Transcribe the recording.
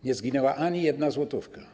Nie zginęła ani jedna złotówka.